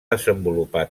desenvolupar